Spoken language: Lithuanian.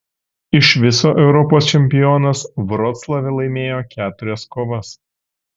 iš viso europos čempionas vroclave laimėjo keturias kovas